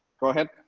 go ahead.